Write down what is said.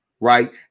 right